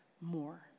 more